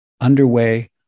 underway